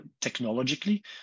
technologically